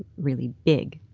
really big.